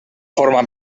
forma